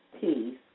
peace